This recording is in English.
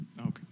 Okay